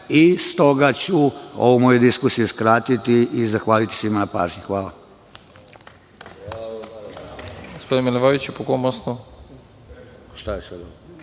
S toga ću ovu moju diskusiju skratiti i zahvaliti svima na pažnji. Hvala.